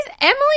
Emily